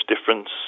difference